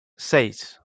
seis